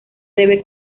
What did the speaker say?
debe